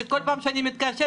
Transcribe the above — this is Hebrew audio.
שכל פעם שאני מתקשרת,